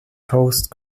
coast